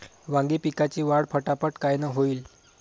वांगी पिकाची वाढ फटाफट कायनं होईल?